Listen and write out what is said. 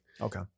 Okay